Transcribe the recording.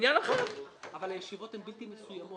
אבל הישיבות הן בלתי מסוימות.